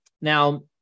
Now